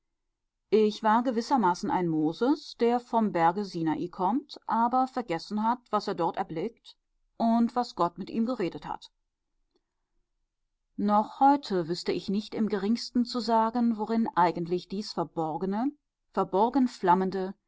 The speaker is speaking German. ich war gewissermaßen ein moses der vom berge sinai kommt aber vergessen hat was er dort erblickt und was gott mit ihm geredet hat noch heute wüßte ich nicht im geringsten zu sagen worin eigentlich dies verborgene verborgen